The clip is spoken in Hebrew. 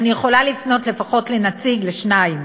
ואני יכולה לפנות לפחות לנציג, לשניים.